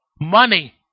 money